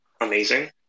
amazing